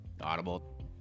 Audible